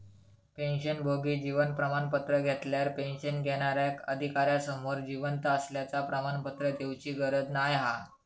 पेंशनभोगी जीवन प्रमाण पत्र घेतल्यार पेंशन घेणार्याक अधिकार्यासमोर जिवंत असल्याचा प्रमाणपत्र देउची गरज नाय हा